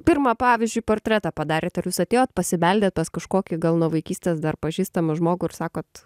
pirmą pavyzdžiui portretą padarėt ar jūs atėjot pasibeldėt pas kažkokį gal nuo vaikystės dar pažįstamą žmogų ir sakot